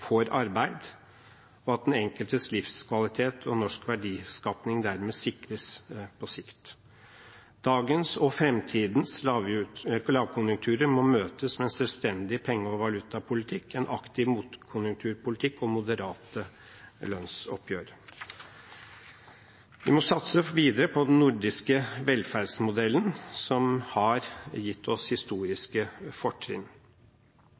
arbeid, og at den enkeltes livskvalitet og norsk verdiskaping dermed sikres på sikt. Dagens og framtidens lavkonjunkturer må møtes med en selvstendig penge- og valutapolitikk, en aktiv motkonjunkturpolitikk og moderate lønnsoppgjør. Vi må satse videre på den nordiske velferdsmodellen, som har gitt oss historiske fortrinn.